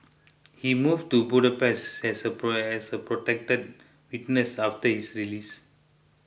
he moved to Budapest as a as the protected witness after his release